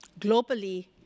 globally